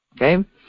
Okay